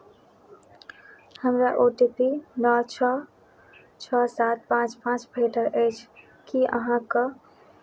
हमरा O T P नओ छओ छओ सात पाँच पाँच भेटल अछि की अहाँक